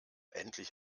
endlich